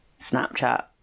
Snapchat